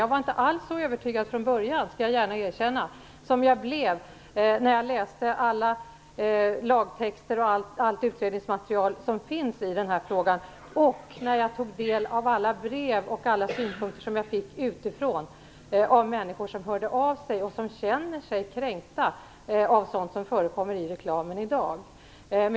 Jag var inte alls så övertygad från början - det skall jag gärna erkänna - som jag blev när jag läste alla lagtexter och allt utredningsmaterial som finns i denna fråga och tog del av alla brev och synpunkter som jag fick utifrån, av människor som hörde av sig och som känner sig kränkta av sådant som förekommer i reklamen i dag.